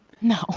No